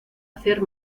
hacer